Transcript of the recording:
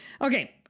Okay